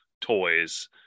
toys